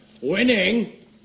Winning